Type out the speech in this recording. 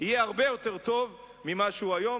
יהיה הרבה יותר טוב ממה שהוא היום.